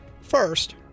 First